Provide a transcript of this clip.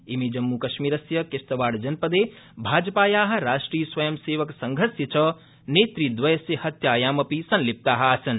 इमे जम्मूकश्मीरस्य किश्तवाड जनपदे भाजपाया राष्ट्रिय स्वयं सेवक संघस्य च नेतृदवयस्य हत्यायामपि संलिप्ता आसन्